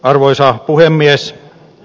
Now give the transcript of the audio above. arvoisa puhemies